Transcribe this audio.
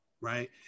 Right